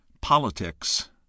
politics